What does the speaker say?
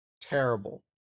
terrible